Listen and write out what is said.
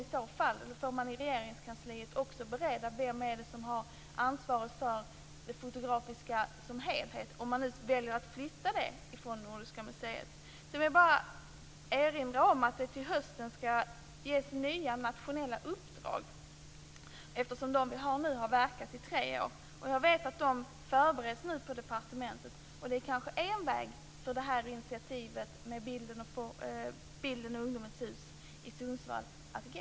I så fall får man i Regeringskansliet också bereda vem det är som har ansvaret för det fotografiska som helhet om man nu väljer att flytta det från Nordiska museet. Sedan vill jag bara erinra om att det till hösten skall ges nya nationella uppdrag eftersom de vi har nu har verkat i tre år. Jag vet att de nu förbereds på departementet. Det är kanske en väg som det här initiativet med Bildens och ungdomens hus i Sundsvall kan gå.